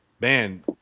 man